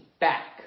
back